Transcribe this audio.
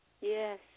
Yes